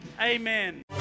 amen